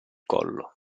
collo